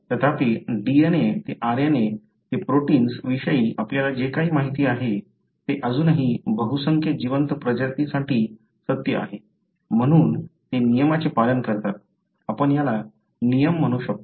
तथापि DNA ते RNA ते प्रोटिन्स विषयी आपल्याला जे काही माहिती आहे ते अजूनही बहुसंख्य जिवंत प्रजातींसाठी सत्य आहे म्हणून ते नियमाचे पालन करतात आपण याला नियम म्हणू शकतो